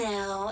Now